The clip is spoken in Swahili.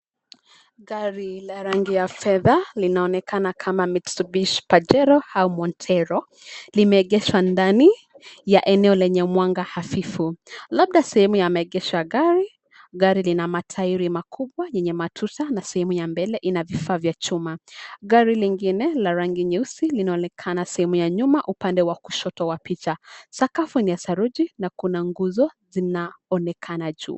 Gari la rangi ya fedha linaonekana kama Mitsubishi Pajero au Montero limeegeshwa ndani ya eneo lenye mwanga hafifu. Labda sehemu ya maegesho ya gari, gari lina matairi makubwa yenye matuta na sehemu ya mbele ina vifaa vya chuma. Gari lingine la rangi nyeusi linaonekana sehemu ya nyumba upande wa kushoto wa picha. Sakafu ni ya saruji na kuna nguzo zinaonekana.